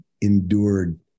endured